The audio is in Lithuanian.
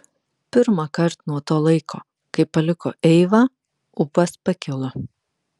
pirmąkart nuo to laiko kai paliko eivą ūpas pakilo